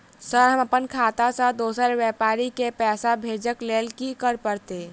Sir हम अप्पन खाता सऽ दोसर व्यापारी केँ पैसा भेजक लेल की करऽ पड़तै?